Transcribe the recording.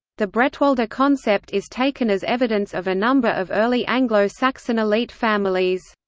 the bretwalda concept is taken as evidence of a number of early anglo-saxon elite families.